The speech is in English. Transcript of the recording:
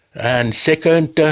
and second, and